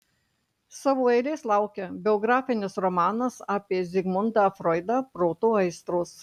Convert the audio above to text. savo eilės laukia biografinis romanas apie zigmundą froidą proto aistros